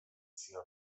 zion